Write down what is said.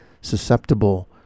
susceptible